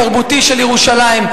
תרבותי של ירושלים.